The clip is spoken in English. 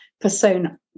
persona